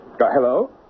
Hello